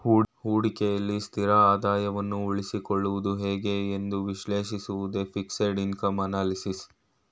ಹೂಡಿಕೆಯಲ್ಲಿ ಸ್ಥಿರ ಆದಾಯವನ್ನು ಉಳಿಸಿಕೊಳ್ಳುವುದು ಹೇಗೆ ಎಂದು ವಿಶ್ಲೇಷಿಸುವುದೇ ಫಿಕ್ಸೆಡ್ ಇನ್ಕಮ್ ಅನಲಿಸಿಸ್